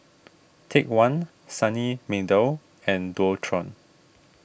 Take one Sunny Meadow and Dualtron